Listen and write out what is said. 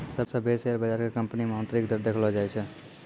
सभ्भे शेयर बजार के कंपनी मे आन्तरिक दर देखैलो जाय छै